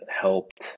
helped